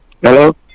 Hello